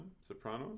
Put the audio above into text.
Sopranos